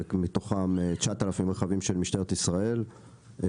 מתוכם 9,000 רכבים של משטרת ישראל,